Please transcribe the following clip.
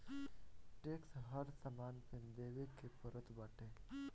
tax हर सामान पे देवे के पड़त बाटे